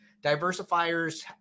diversifiers